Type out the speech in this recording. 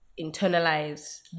internalize